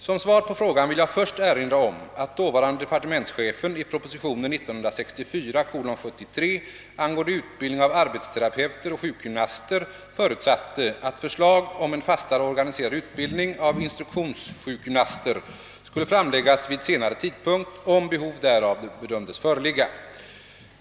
Som svar på frågan vill jag först erinra om att dåvarande departementschefen i propositionen 1964:73 angående utbildning av arbetsterapeuter och sjukgymnaster förutsatte, att förslag om en fastare organiserad utbildning av instruktionssjukgymnaster skulle framläggas vid senare tidpunkt, om behov därav bedömdes föreligga.